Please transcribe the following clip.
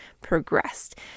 progressed